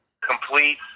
complete